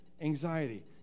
anxiety